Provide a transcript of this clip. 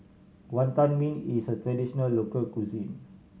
Wantan Mee is a traditional local cuisine